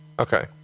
Okay